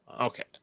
okay